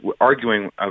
arguing